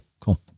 cool